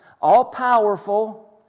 all-powerful